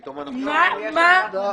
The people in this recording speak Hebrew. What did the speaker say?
פתאום אנחנו שומעים --- יש עמדת ממשלה.